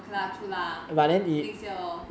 okay lah true lah next year lor